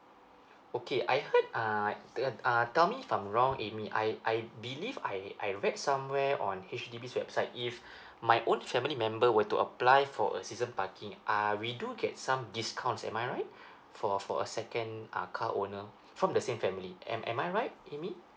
okay I heard uh err uh tell me if I'm wrong amy I I believe I I read somewhere on H_D_B website if my own family member were to apply for a season parking uh we do get some discounts am I right for a for a second uh car owner from the same family am am I right amy